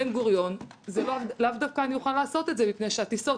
דרך בן-גוריון לאו דווקא אוכל לעשות את זה מפני שהטיסות